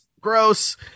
gross